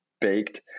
baked